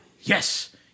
Yes